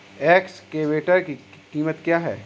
Excavator की कीमत क्या है?